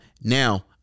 now